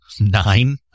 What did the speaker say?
nine